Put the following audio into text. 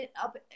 up